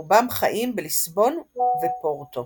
רובם חיים בליסבון ופורטו.